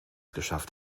geschafft